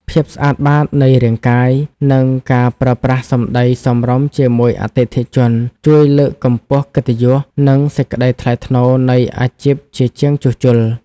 ភាពស្អាតបាតនៃរាងកាយ និងការប្រើប្រាស់សម្តីសមរម្យជាមួយអតិថិជន ជួយលើកកម្ពស់កិត្តិយស និងសេចក្តីថ្លៃថ្នូរនៃអាជីពជាជាងជួសជុល។